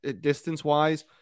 distance-wise